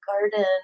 garden